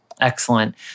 Excellent